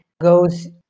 goes